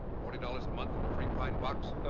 forty dollars a month and a free pine box.